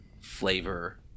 flavor